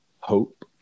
hope